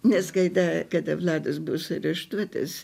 nes kada kada vladas bus areštuotas